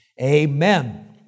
amen